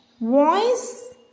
voice